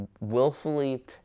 willfully